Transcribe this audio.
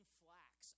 flax